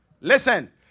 Listen